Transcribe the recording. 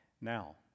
Now